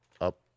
up